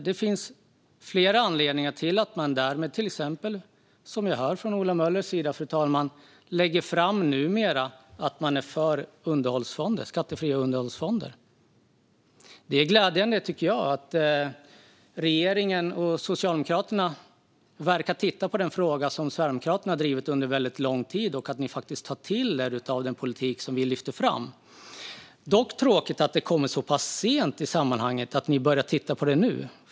Det finns flera anledningar till att man därmed nu lägger fram till exempel att man - som vi hör från Ola Möllers sida, fru talman - är för skattefria underhållsfonder. Jag tycker att det är glädjande att regeringen och Socialdemokraterna verkar titta på den fråga som Sverigedemokraterna har drivit under väldigt lång tid och att man faktiskt tar till sig av den politik som vi lyfter fram. Det är dock tråkigt att det kommer så pass sent att man börjar titta på det nu .